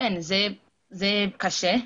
קשה.